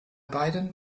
beiden